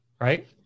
Right